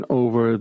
over